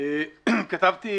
כתבתי